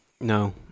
No